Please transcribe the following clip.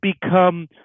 become